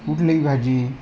कुठलीही भाजी